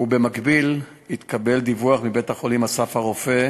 ובמקביל התקבל דיווח מבית-החולים "אסף הרופא"